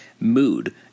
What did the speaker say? mood